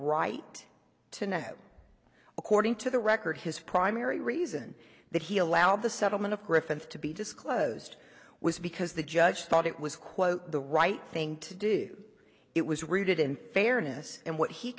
right to know according to the record his primary reason that he allowed the settlement of griffith to be disclosed was because the judge thought it was quote the right thing to do it was rooted in fairness and what he